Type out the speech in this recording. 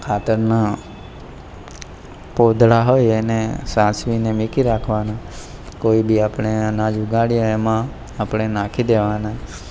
ખાતરના પોદડા હોય એને સાચવીને મૂકી રાખવાના કોઈ બી આપણે અનાજ ઉગાડીએ એમાં આપણે નાખી દેવાના